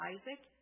Isaac